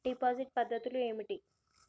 Deposit పద్ధతులు ఏమిటి?